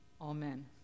Amen